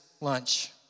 lunch